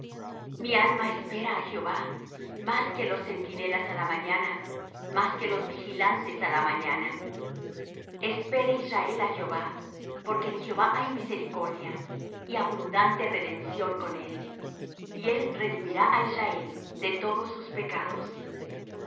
mi alma espera á jehová más que los centinelas á la mañana más que los vigilantes á la mañana espere israel á jehová porque en jehová hay misericordia y abundante redención con él y él redimirá á israel de todos sus pecados